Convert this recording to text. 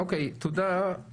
אוקיי, תודה.